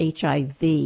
HIV